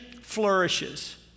flourishes